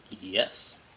Yes